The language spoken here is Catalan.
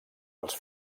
als